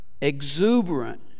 exuberant